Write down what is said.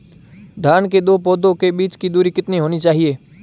धान के दो पौधों के बीच की दूरी कितनी होनी चाहिए?